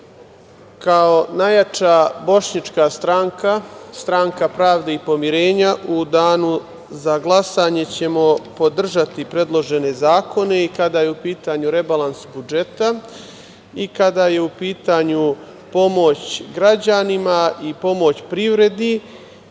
kao najjača bošnjačka stranka Stranka pravde i pomirenja u danu za glasanje ćemo podržati predložene zakone i kada je u pitanju rebalans budžeta i kada je u pitanju pomoć građanima i pomoć privredi